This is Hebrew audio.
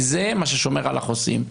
כי זה מה ששומר על החוסים.